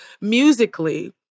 Musically